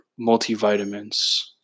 multivitamins